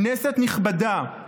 כנסת נכבדה,